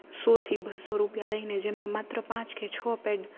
સો થી બસો રૂપિયા લઈને જેમાં માત્ર પાંચ કે છ પેડ